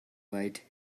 white